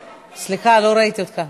סליחה, לא ראיתי אותך.